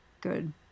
good